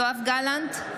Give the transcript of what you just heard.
יואב גלנט,